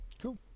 Cool